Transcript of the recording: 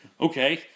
okay